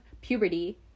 puberty